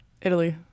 Italy